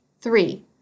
Three